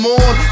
on